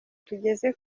tugeze